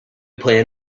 plan